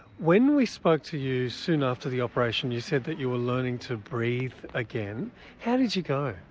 when we spoke to you soon after the operation you said that you were learning to breathe again how did you go?